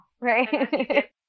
right